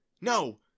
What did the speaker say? No